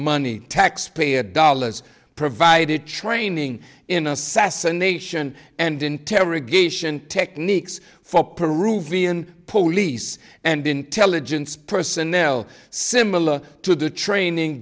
money taxpayer dollars provided training in assassination and interrogation techniques for peruvian police and intelligence personnel similar to the training